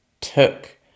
took